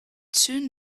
soon